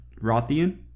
Rothian